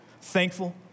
thankful